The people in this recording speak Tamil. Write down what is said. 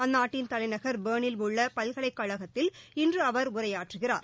அந்நாட்டின் தலைநகர் பெர்ன் னில் உள்ள பல்கலைக்கழகத்தில் இன்று அவர் உரையாற்றுகிறார்